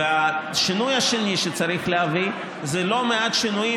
השינוי השני שצריך להביא זה לא מעט שינויים,